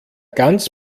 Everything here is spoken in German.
ganz